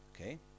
Okay